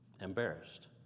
embarrassed